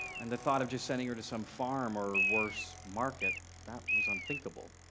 and the thought of just sending her to some farm or, worse, market, that was unthinkable.